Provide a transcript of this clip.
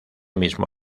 mismo